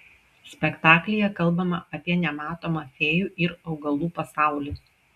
spektaklyje kalbama apie nematomą fėjų ir augalų pasaulį